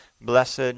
blessed